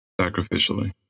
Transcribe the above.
sacrificially